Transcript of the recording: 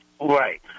Right